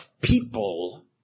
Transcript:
people